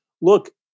look